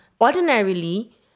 ordinarily